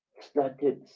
started